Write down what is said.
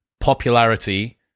popularity